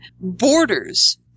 borders